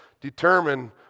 determine